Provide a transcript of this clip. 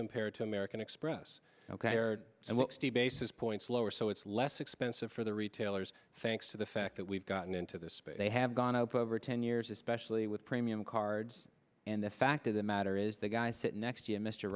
compared to american express and what steve basis points lower so it's less expensive for the retailers thanks to the fact that we've gotten into this they have gone up over ten years especially with premium cards and the fact of the matter is the guy sitting next